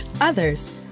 Others